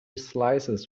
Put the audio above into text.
slices